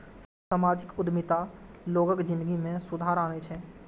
सामाजिक उद्यमिता लोगक जिनगी मे सुधार आनै छै